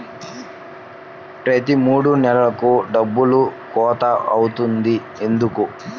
ప్రతి మూడు నెలలకు డబ్బులు కోత అవుతుంది ఎందుకు?